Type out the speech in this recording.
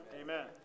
Amen